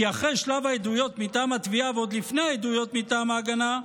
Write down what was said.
כי אחרי שלב העדויות מטעם התביעה ועוד לפני העדויות מטעם ההגנה,